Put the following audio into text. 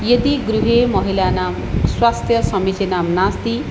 यदि गृहे महिलानां स्वास्थ्यं समीचीनं नास्ति